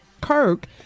Kirk